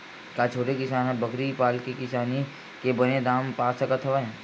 का छोटे किसान ह बकरी पाल के किसानी के बने दाम पा सकत हवय?